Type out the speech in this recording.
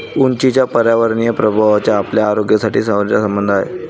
उंचीच्या पर्यावरणीय प्रभावाचा आपल्या आरोग्याशी जवळचा संबंध आहे